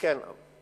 כן.